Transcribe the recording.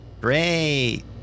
Great